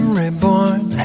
reborn